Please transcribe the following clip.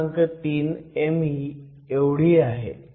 3 me एवढी आहे